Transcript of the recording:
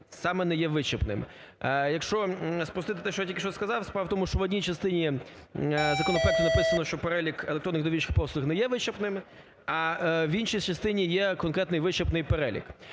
саме не є вичерпним. Якщо спростити те, що я тільки сказав, справа у тому, що в одній частині законопроекту написано, що перелік електронних довірчих послуг не є вичерпним, а в іншій частині є конкретний вичерпний перелік.